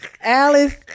Alice